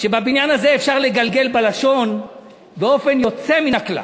שבבניין הזה אפשר לגלגל בלשון באופן יוצא מן הכלל.